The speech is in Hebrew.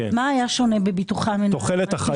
מה היה שונה בביטוחי מ-1992?